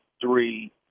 three